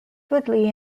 woodley